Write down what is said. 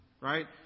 right